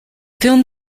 film